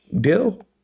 deal